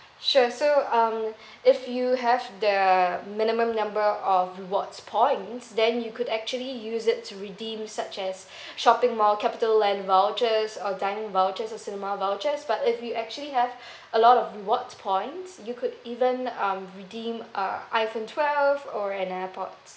sure so um if you have the minimum number of rewards points then you could actually use it to redeem such as shopping mall capitaland vouchers or dining vouchers or cinema vouchers but if you actually have a lot of rewards points you could even um redeem uh iPhone twelve or an airpods